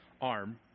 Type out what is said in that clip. arm